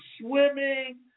swimming